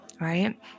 right